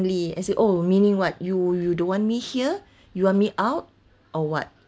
as in oh meaning [what] you you don't want me here you want me out or [what]